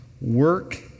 Work